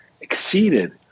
exceeded